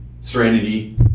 Serenity